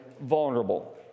vulnerable